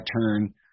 turn